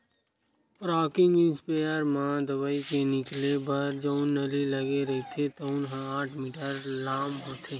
rocking sprayer म दवई के निकले बर जउन नली लगे रहिथे तउन ह आठ मीटर लाम होथे